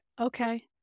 okay